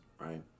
right